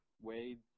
Wade